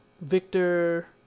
Victor